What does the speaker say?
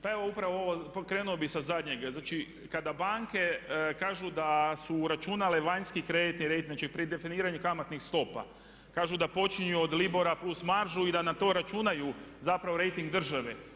Pa evo upravo ovo, krenuo bih sa zadnjeg, znači kada banke kažu da su uračunale vanjski kreditni rejting, znači pri definiranju kamatnih stopa, kažu da počinju od Libora plus maržu i da na to računaju zapravo rejting države.